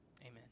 Amen